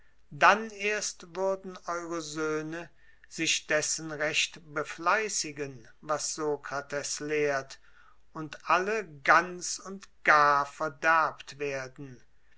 dann erst würden eure söhne sich dessen recht befleißigen was sokrates lehrt und alle ganz und gar verderbt werden